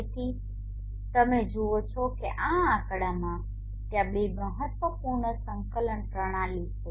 તેથી તમે જુઓ છો કે આ આંકડામાં ત્યાં બે મહત્વપૂર્ણ સંકલન પ્રણાલીઓ છે